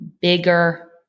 bigger